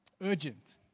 urgent